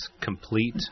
complete